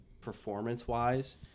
performance-wise